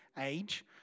age